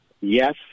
Yes